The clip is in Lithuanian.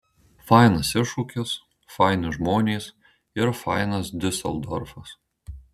fainas iššūkis faini žmonės ir fainas diuseldorfas